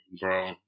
bro